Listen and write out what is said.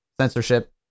censorship